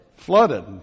Flooded